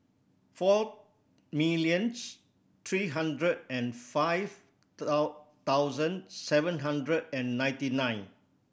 four millions three hundred and five thousand seven hundred and ninety nine